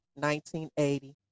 1980